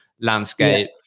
landscape